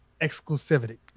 exclusivity